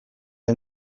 eta